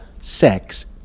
sex